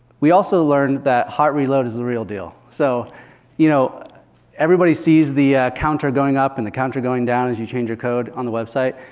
we also learned that hot reload is the real deal. so you know everybody sees the counter going up and the counter going down as you change your code on the web site.